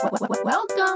welcome